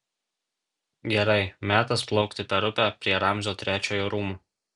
gerai metas plaukti per upę prie ramzio trečiojo rūmų